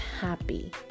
happy